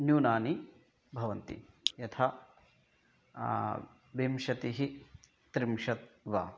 न्यूनानि भवन्ति यथा विंशतिः त्रिंशत् वा